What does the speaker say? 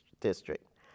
district